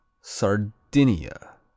Sardinia